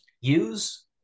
use